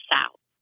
South